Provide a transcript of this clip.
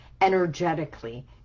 energetically